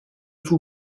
vous